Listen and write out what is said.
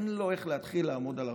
אין לו איך להתחיל לעמוד על הרגליים.